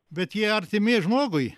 bet jie artimi žmogui